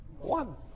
one